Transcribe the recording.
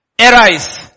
Arise